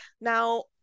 Now